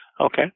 Okay